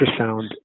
ultrasound